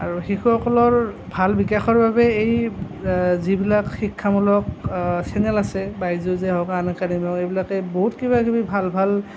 আৰু শিশুসকলৰ ভাল বিকাশৰ বাবে এই যিবিলাক শিক্ষামূলক চেনেল আছে বাইজুচেই হওক আনএকাডেমিয়ে হওক এইবিলাকে বহুত কিবাকিবি ভাল ভাল